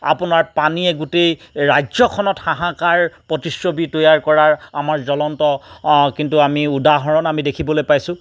আপোনাৰ পানীয়েই গোটেই ৰাজ্যখনত হাহাকাৰ প্ৰতিচ্ছবি তৈয়াৰ কৰাৰ আমাৰ জলন্ত কিন্তু আমি উদাহৰণ আমি দেখিবলৈ পাইছোঁ